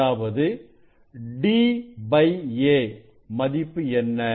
அதாவது d a மதிப்பு என்ன